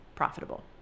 profitable